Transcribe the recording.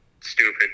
stupid